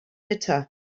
bitter